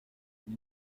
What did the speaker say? ils